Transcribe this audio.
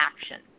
Action